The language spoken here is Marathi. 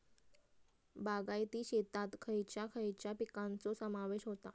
बागायती शेतात खयच्या खयच्या पिकांचो समावेश होता?